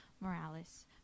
Morales